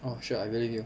oh sure I believe you